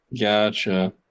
Gotcha